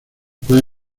puede